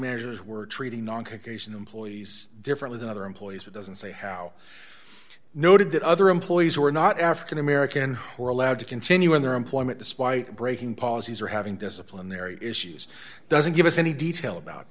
managers were treating noncom case employees differently than other employees but doesn't say how noted that other employees who are not african american who are led to continuing their employment despite breaking policies are having disciplinary issues doesn't give us any detail about